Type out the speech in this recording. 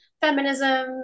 feminism